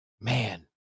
man